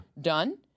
done